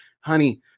honey